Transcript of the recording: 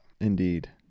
indeed